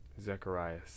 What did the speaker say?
Zechariah